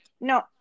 no